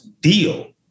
deal